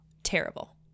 terrible